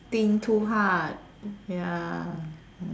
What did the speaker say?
think too hard ya